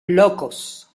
locos